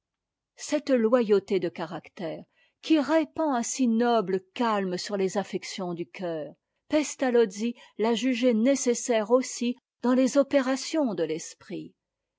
cette oyauté de caractère qui répand un si noble calme sur les affections du cœur pestalozzi t'a jugée nécessaire aussi dans les opérations de l'esprit